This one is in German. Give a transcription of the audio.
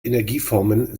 energieformen